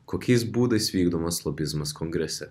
kokiais būdais vykdomas lobizmas kongrese